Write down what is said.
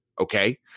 Okay